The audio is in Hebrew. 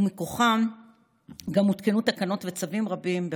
ומכוחם גם הותקנו תקנות וצווים רבים,